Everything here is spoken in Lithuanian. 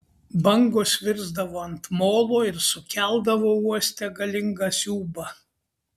bangos virsdavo ant molo ir sukeldavo uoste galingą siūbą